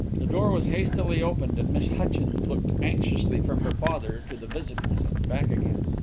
the door was hastily opened and miss hutchins looked anxiously from her father to the visitors and back again.